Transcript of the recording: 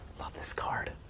love this card.